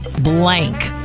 blank